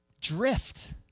drift